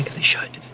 they should.